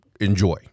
enjoy